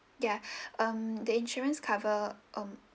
ya um the insurance cover um